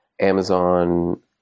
Amazon